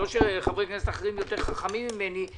לא שחברי כנסת אחרים יותר חכמים ממני,